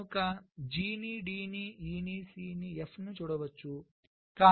కనుక G ని D ని C ని F లను చూడవచ్చు